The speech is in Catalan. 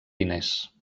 diners